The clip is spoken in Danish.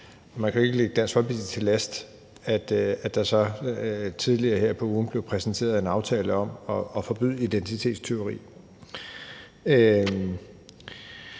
kan jo ikke ligge Dansk Folkeparti til last, at der tidligere på ugen blev præsenteret en aftale om at forbyde identitetstyveri.